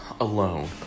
alone